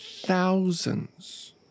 thousands